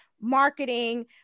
marketing